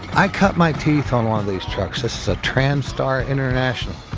i cut my teeth on one of these trucks. this is a transtar international.